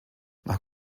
nach